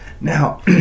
Now